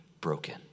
broken